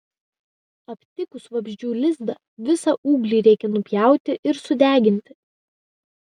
aptikus vabzdžių lizdą visą ūglį reikia nupjauti ir sudeginti